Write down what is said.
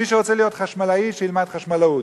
מי שרוצה להיות חשמלאי שילמד חשמלאות.